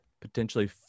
potentially